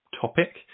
topic